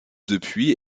depuis